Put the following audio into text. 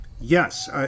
Yes